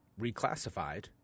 reclassified